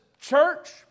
church